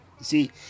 See